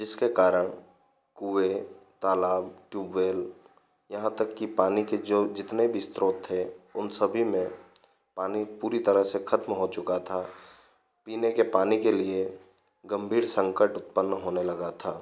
जिसके कारण कुएँ तालाब टूवेल यहाँ तक कि पानी के जो जितने भी स्त्रोत है उन सभी में पानी पूरी तरह से खत्म हो चुका था पीने के पानी के लिए गंभीर संकट उत्पन्न होने लगा था